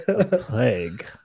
Plague